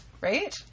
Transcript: right